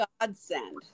godsend